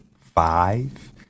five